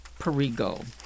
Perigo